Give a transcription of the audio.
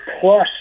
plus